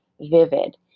vivid